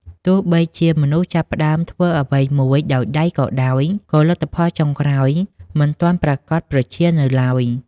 ទោះបីជាមនុស្សចាប់ផ្ដើមធ្វើអ្វីមួយដោយដៃក៏ដោយ ក៏ លទ្ធផលចុងក្រោយ មិនទាន់ប្រាកដប្រជានៅឡើយ។